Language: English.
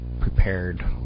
prepared